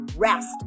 rest